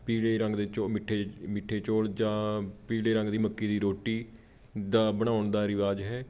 ਪੀਲੇ ਰੰਗ ਦੇ ਚੋ ਮਿੱਠੇ ਮਿੱਠੇ ਚੋਲ ਜਾਂ ਪੀਲੇ ਰੰਗ ਦੀ ਮੱਕੀ ਦੀ ਰੋਟੀ ਦਾ ਬਣਾਉਣ ਦਾ ਰਿਵਾਜ ਹੈ